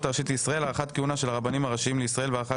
הראשית לישראל (הארכת כהונה של הרבנים הראשיים לישראל והארכת